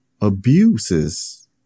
abuses